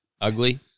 ugly